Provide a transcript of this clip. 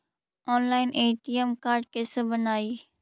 Online ATM card कैसे बनाई?